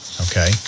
Okay